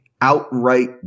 outright